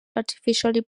artificially